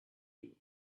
you